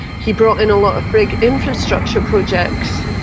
he brought in a lot of big infrastructure projects.